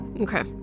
Okay